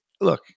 look